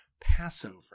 Passover